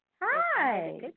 Hi